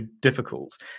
difficult